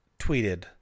tweeted